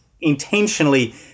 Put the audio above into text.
intentionally